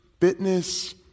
fitness